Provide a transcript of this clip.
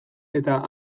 eta